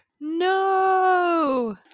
no